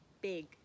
big